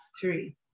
three